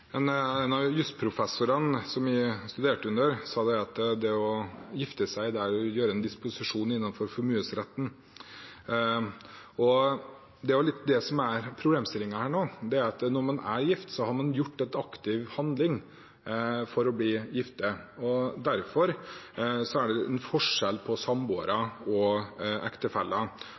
En av jusprofessorene som jeg studerte under, sa at det å gifte seg er å gjøre en disposisjon innenfor formuesskatten, og det er det som er litt av problemstillingen her nå – at når man er gift, har man utført en aktiv handling for å bli gift. Derfor er det en forskjell på samboere og ektefeller.